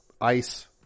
ice